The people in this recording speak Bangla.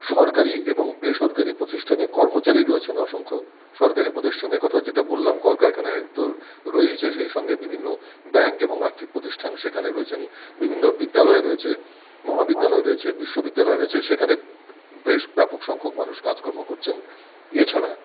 সরকারি এবং বেসরকারি প্রতিষ্ঠানে কর্মচারী রয়েছেন অসংখ্য সরকারি প্রতিষ্ঠানের কথা যেটা বললাম কলকারখানায় তো রয়েইছে সেই সঙ্গে বিভিন্ন ব্যাংক এবং আর্থিক প্রতিষ্ঠান সেখানে রয়েছেন বিভিন্ন বিদ্যালয় রয়েছে মহাবিদ্যালয় রয়েছে বিশ্ববিদ্যালয় রয়েছে সেখানে বেশ ব্যাপক সংখ্যক মানুষ কাজকর্ম করছেন এছাড়া